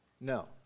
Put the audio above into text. No